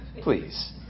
Please